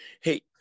hey